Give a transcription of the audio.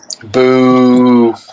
Boo